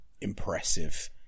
impressive